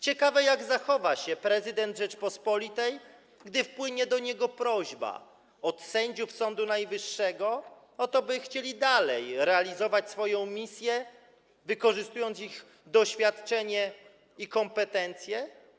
Ciekawe, jak zachowa się prezydent Rzeczypospolitej, gdy wpłynie do niego prośba od sędziów Sądu Najwyższego o to, by chcieli dalej realizować swoją misję, wykorzystując ich doświadczenie i kompetencje.